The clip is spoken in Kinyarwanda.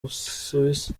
busuwisi